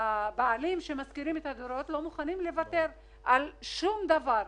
הבעלים שמשכיר להם את הדירה לא מוכן לוותר על שום דבר.